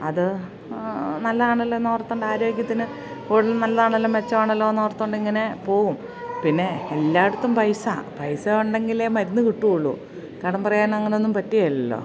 അത് നല്ലതാണല്ലോയെന്ന് ഓർത്തുകൊണ്ട് ആരോഗ്യത്തിന് കൂടുതലും നല്ലതാണല്ലോ മെച്ചമാണല്ലോയെന്ന് ഓർത്തുകൊണ്ടിങ്ങനെ പോവും പിന്നെ എല്ലായിടത്തും പൈസ പൈസ ഉണ്ടെങ്കിലേ മരുന്ന് കിട്ടുകയുളളൂ കടം പറയാനും അങ്ങനെയൊന്നും പറ്റുകയില്ലല്ലോ